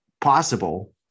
possible